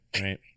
right